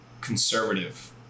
conservative